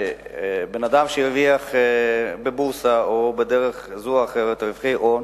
שאדם שהרוויח בבורסה או בדרך כזאת או אחרת רווחי הון